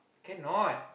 cannot